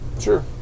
Sure